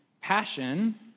passion